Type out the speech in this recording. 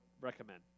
recommend